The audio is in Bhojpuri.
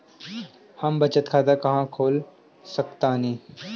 हम बचत खाता कहां खोल सकतानी?